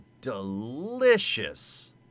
delicious